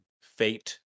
Fate